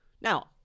Now